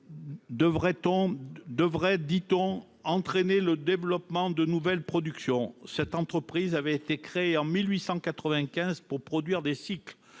devrait, dit-on, entraîner le développement de nouvelles productions ... Cette entreprise avait été créée, en 1895, pour produire des cycles.